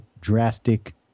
drastic